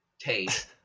taste